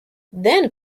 then